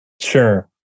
Sure